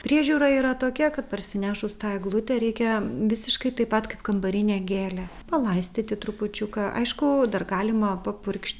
priežiūra yra tokia kad parsinešus tą eglutę reikia visiškai taip pat kaip kambarinę gėlę palaistyti trupučiuką aišku dar galima papurkšt